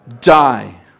die